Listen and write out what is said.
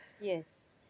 Yes